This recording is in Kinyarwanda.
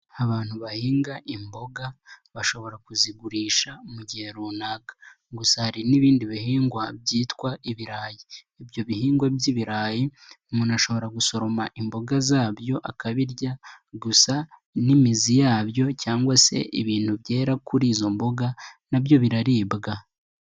Abantu bahinga imboga bashobora kuzigurisha mu gihe runaka, gusa hari n'ibindi bihingwa byitwa ibirayi, ibyo bihingwa by'ibirayi umuntu ashobora gusoroma imboga zabyo akabirya, gusa n'imizi yabyo cyangwa se ibintu byera kuri izo mboga nabyo biraribwa.